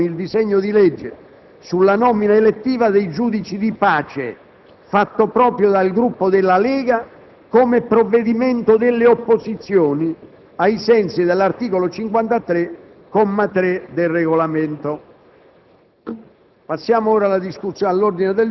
Il programma dei lavori è integrato con il disegno di legge sulla nomina elettiva dei giudici di pace, fatto proprio dal Gruppo della Lega, come provvedimento delle opposizioni, ai sensi dell'articolo 53, comma 3, del Regolamento.